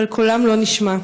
אבל קולם לא נשמע.